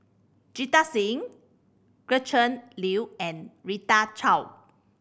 Jita Singh Gretchen Liu and Rita Chao